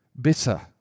bitter